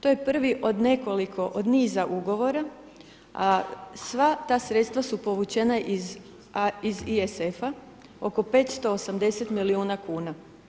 To je prvi od nekoliko, od niza ugovora a sva ta sredstva su povućena iz ISF-a oko 580 milijuna kuna.